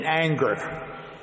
anger